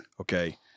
Okay